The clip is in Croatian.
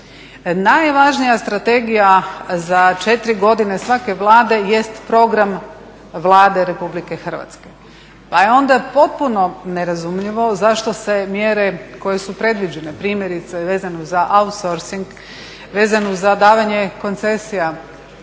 Najvažnija strategija za četiri godine svake Vlade jest program Vlade Republike Hrvatske. Pa je onda potpuno nerazumljivo zašto se mjere koje su predviđene, primjerice vezano za outsorcing, vezano za davanje koncesija